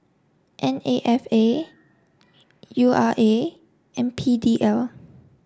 N A F A U R A and P D L